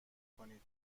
کنید